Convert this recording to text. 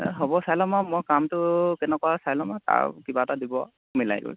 এই হ'ব চাই ল'ম বাৰু মই কামটো কেনেকুৱা চাই ল'ম আৰু তাৰ কিবা এটা দিব মিলাই কৰি